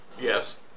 yes